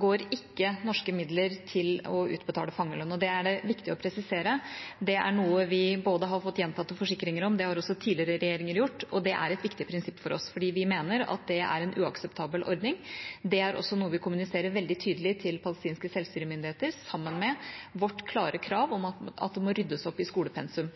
går ikke norske midler til å utbetale fangelønn, og det er det viktig å presisere. Det er noe vi har fått gjentatte forsikringer om, det har også tidligere regjeringer fått, og det er et viktig prinsipp for oss, fordi vi mener at det er en uakseptabel ordning. Det er også noe vi kommuniserer veldig tydelig til palestinske selvstyremyndigheter sammen med vårt klare krav om at det må ryddes opp i skolepensum.